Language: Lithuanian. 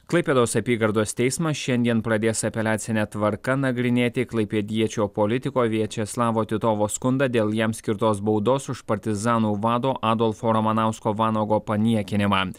klaipėdos apygardos teismas šiandien pradės apeliacine tvarka nagrinėti klaipėdiečio politiko viačeslavo titovo skundą dėl jam skirtos baudos už partizanų vado adolfo ramanausko vanago paniekinimą